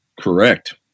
Correct